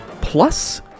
plus